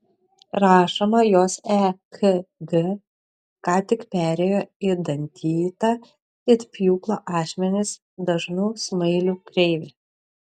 rašoma jos ekg ką tik perėjo į dantytą it pjūklo ašmenys dažnų smailių kreivę